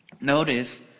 Notice